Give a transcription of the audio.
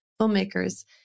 filmmakers